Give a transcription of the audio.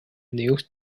news